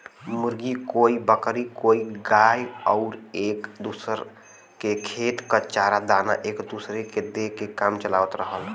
मुर्गी, कोई बकरी कोई गाय आउर एक दूसर के खेत क चारा दाना एक दूसर के दे के काम चलावत रहल